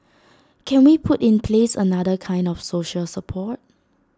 can we put in place another kind of social support